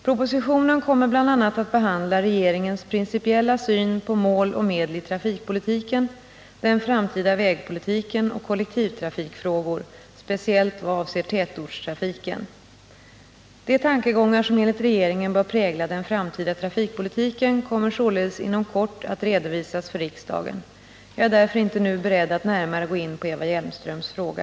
Propositionen kommer bl.a. att behandla regeringens principiella syn på mål och medel i trafikpolitiken, den framtida vägpolitiken och kollektivtrafikfrågor, speciellt vad avser tätortstrafiken. De tankegångar som enligt regeringen bör prägla den framtida trafikpolitiken kommer således inom kort att redovisas för riksdagen. Jag är därför inte nu beredd att närmare gå in på Eva Hjelmströms fråga.